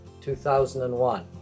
2001